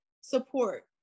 support